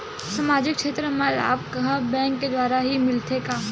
सामाजिक क्षेत्र के लाभ हा बैंक के द्वारा ही मिलथे का?